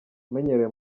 umenyerewe